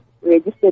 registered